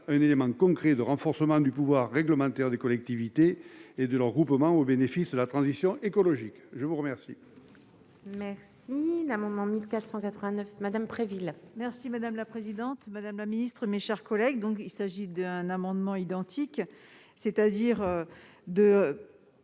d'un élément concret de renforcement du pouvoir réglementaire des collectivités et de leurs groupements au bénéfice de la transition écologique. L'amendement